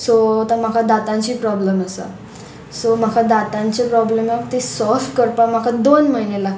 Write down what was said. so आतां म्हाका दांत प्रोब्लम आसा सो म्हाका दांत प्रोब्लमाक ती सोल्व करपाक म्हाका दोन म्हयने लागता